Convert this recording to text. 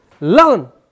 learn